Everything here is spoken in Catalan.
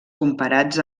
comparats